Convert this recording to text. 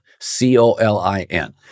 C-O-L-I-N